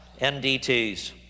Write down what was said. NDTs